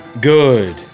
Good